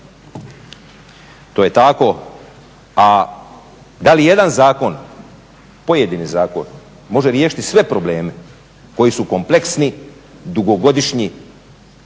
To je tako. A da li ijedan zakon, pojedini zakon može riješiti sve probleme koji su kompleksni, dugogodišnji,